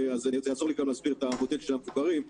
אני אסביר את המודל של המבוגרים.